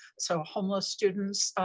so homeless students.